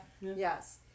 Yes